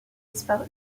disparu